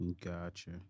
Gotcha